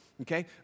Okay